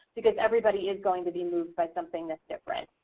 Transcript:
because everybody is going to be moved by something that's different.